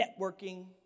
networking